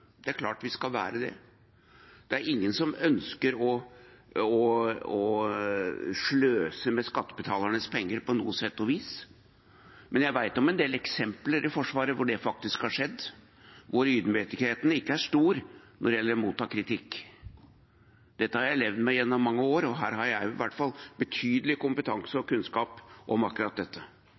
det er klart vi skal være det. Det er ingen som ønsker å sløse med skattebetalernes penger på noe vis. Men jeg vet om en del eksempler i Forsvaret hvor det faktisk har skjedd, hvor ydmykheten ikke er stor når det gjelder å motta kritikk. Dette har jeg levd med gjennom mange år, og her har jeg i hvert fall betydelig kompetanse og kunnskap om akkurat dette.